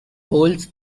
holds